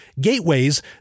gateways